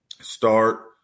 Start